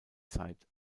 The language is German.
zeit